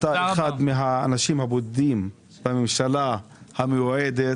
אתה אחד האנשים הבודדים בממשלה המיועדת